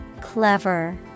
Clever